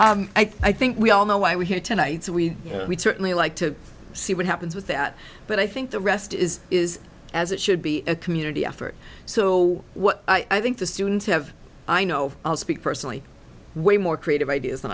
that i think we all know why we're here tonight so we would certainly like to see what happens with that but i think the rest is is as it should be a community effort so what i think the students have i know i'll speak personally way more creative ideas